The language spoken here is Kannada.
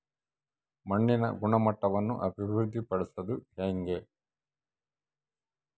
ಮಣ್ಣಿನ ಗುಣಮಟ್ಟವನ್ನು ಅಭಿವೃದ್ಧಿ ಪಡಿಸದು ಹೆಂಗೆ?